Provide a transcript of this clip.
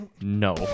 No